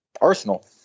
Arsenal